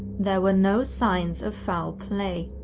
there were no signs of foul play.